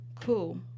Cool